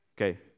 okay